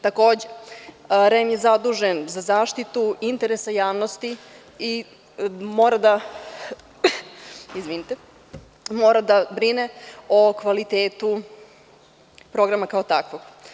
Takođe, REM je zadužen za zaštitu interesa javnosti i mora da brine o kvalitetu programa kao takvog.